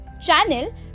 channel